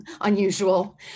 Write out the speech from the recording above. unusual